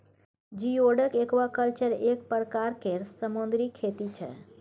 geoduck aquaculture एक परकार केर समुन्दरी खेती छै